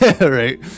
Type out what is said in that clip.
Right